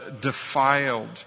defiled